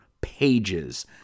pages